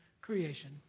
creation